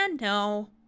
no